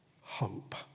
hope